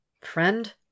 Friend